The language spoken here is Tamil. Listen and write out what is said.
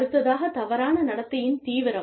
அடுத்ததாகத் தவறான நடத்தையின் தீவிரம்